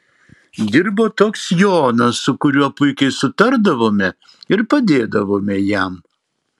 dirbo toks jonas su kuriuo puikiai sutardavome ir padėdavome jam